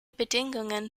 bedingungen